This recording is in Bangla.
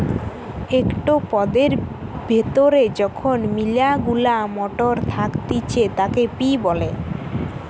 একটো পদের ভেতরে যখন মিলা গুলা মটর থাকতিছে তাকে পি বলে